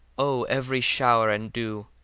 o every shower and dew,